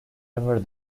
ever